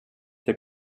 der